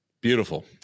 beautiful